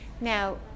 Now